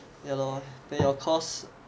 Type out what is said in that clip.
ya lor then your course